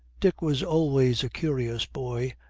dick was always a curious boy,